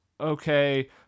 okay